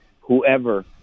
whoever